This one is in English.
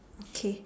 okay